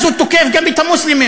אז הוא תוקף גם את המוסלמים.